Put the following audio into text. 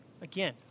Again